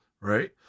Right